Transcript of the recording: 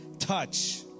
touch